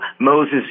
Moses